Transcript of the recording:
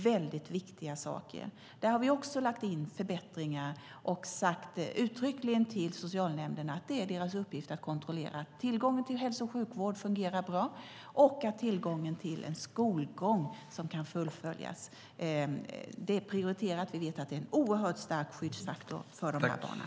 Det är viktiga saker. Där har vi också lagt in förbättringar och uttryckligen sagt till socialnämnderna att det är deras uppgift att kontrollera tillgången till hälso och sjukvård och tillgången till en skolgång som kan fullföljas. Det är prioriterat. Vi vet att det är en oerhört stark skyddsfaktor för de här barnen.